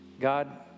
God